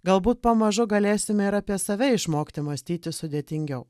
galbūt pamažu galėsime ir apie save išmokti mąstyti sudėtingiau